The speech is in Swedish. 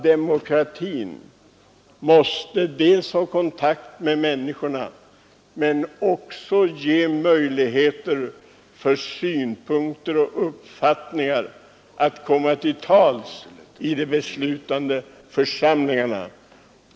Demokratin måste, menar jag, ha god kontakt med människorna och skapa möjligheter för synpunkter och uppfattningar att komma till tals i de beslutande församlingarna.